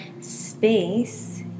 space